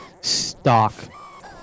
stock